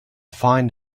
find